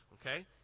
Okay